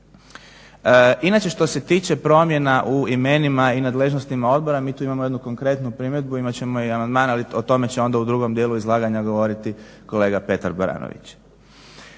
Inače što se tiče promjena u imenima i nadležnostima odbora, mi tu imamo jednu konkretnu primjedbu, imat ćemo i amandman, ali o tome će onda u drugom dijelu izlaganja govoriti kolega Petar Baranović.